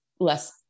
less